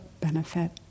benefit